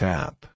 Tap